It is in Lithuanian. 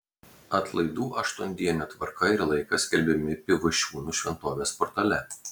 atlaidų aštuondienio tvarka ir laikas skelbiami pivašiūnų šventovės portale